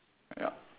yup